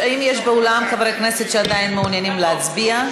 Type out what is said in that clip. האם יש חברי כנסת באולם שעדיין מעוניינים להצביע?